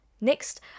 Next